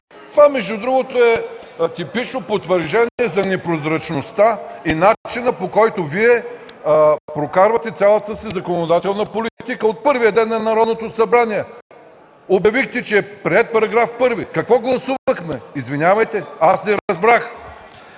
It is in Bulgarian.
Това, между другото, е типично потвърждение за непрозрачността и начина, по който Вие прокарвате цялата си законодателна политика от първия ден на Народното събрание. Обявихте, че § 1 е приет. Какво гласувахме? Извинявайте, аз не разбрах!